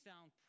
sound